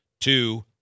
two